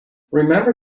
remember